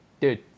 dude